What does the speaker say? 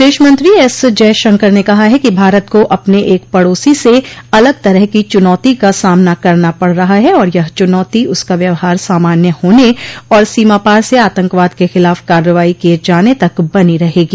विदेश मंत्री एस जयशंकर ने कहा है कि भारत को अपने एक पड़ोसी से अलग तरह की चुनौती का सामना करना पड़ रहा है और यह चुनौती उसका व्यवहार सामान्य होने और सीमापार से आतंकवाद के खिलाफ कार्रवाई किए जाने तक बनी रहेगी